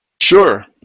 sure